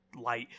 light